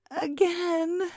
Again